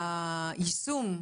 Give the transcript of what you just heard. מבחינתכם,